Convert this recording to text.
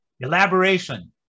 Elaboration